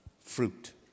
Fruit